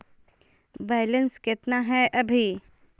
Balance केतना हय अभी?